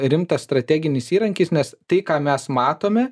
rimtas strateginis įrankis nes tai ką mes matome